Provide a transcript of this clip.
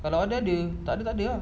kalau ada ada takde takde lah